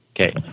Okay